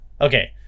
Okay